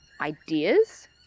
ideas